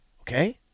Okay